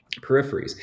peripheries